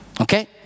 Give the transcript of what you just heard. Okay